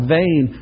vain